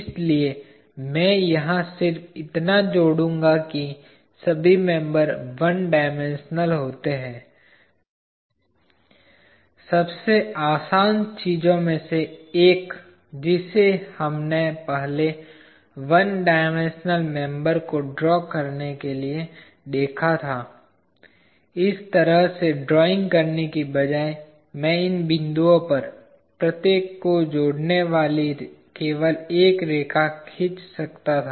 इसलिए मैं यहां सिर्फ इतना जोड़ूंगा कि सभी मेंबर 1 डायमेंशनल होते हैं सबसे आसान चीजों में से एक जिसे हमने पहले 1 डायमेंशनल मेंबर को ड्रा करने के लिए देखा था इस तरह से ड्राइंग करने के बजाय मैं इन बिंदुओं पर प्रत्येक को जोड़ने वाली केवल एक रेखा खींच सकता था